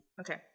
Okay